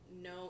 no